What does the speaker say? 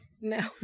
No